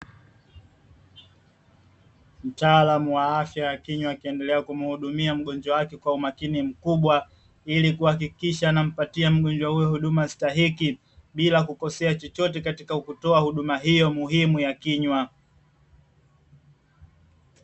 Mtaalamu wa afya ya kinywa akiendelea kumhudumia mgonjwa wake kwa umakini mkubwa, ili kuhakikisha anampatia mgonjwa huyo huduma stahiki bila kukosea chochote katika kutoa huduma hiyo muhimu ya kinywa.